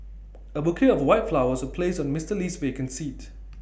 A bouquet of white flowers was placed on Mister Lee's vacant seat